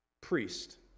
priest